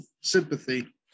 sympathy